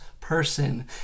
person